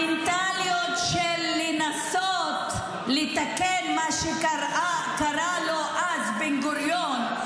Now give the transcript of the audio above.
המנטליות של לנסות לתקן את מה שקרה אז לבן-גוריון,